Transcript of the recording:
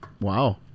Wow